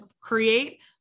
create